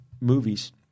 movies